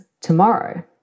tomorrow